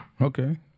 Okay